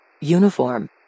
uniform